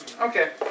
Okay